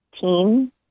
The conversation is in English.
team